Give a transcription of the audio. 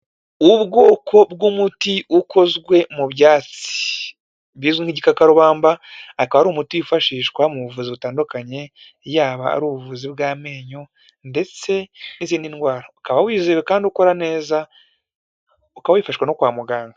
Ubwoko bw'umuti ukozwe mu byatsi bizwi nk'igikabamba akaba ari umuti wifashishwa mu buvuzi butandukanye yaba ari ubuvuzi bw'amenyo, ndetse n'izindi ndwara ukaba wizewe kandi ukora neza, ukababifashwa no kwa muganga.